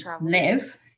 live